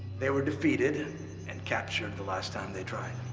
they were defeated and captured the last time they tried.